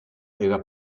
era